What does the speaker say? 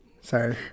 Sorry